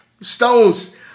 stones